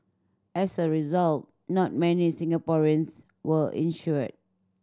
as a result not many Singaporeans were insured